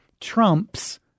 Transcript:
trumps